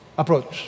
approach